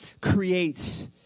creates